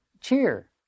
cheer